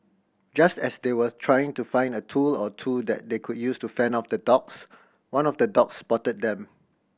just as they were trying to find a tool or two that they could use to fend off the dogs one of the dogs spotted them